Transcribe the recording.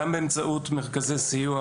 גם באמצעות מרכזי סיוע